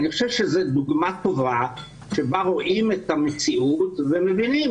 אני חושב שזאת דוגמה טובה בה רואים את המציאות ומבינים